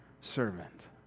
Servant